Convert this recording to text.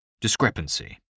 Discrepancy